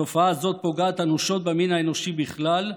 התופעה הזאת פוגעת אנושות במין האנושי בכלל,